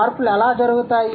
మార్పులు ఎలా జరుగుతాయి